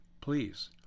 please